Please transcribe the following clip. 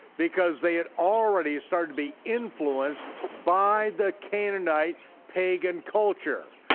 because they had already started to be influenced by the canaanite pagan culture.